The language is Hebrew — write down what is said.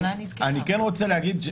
אני כן רוצה להגיד,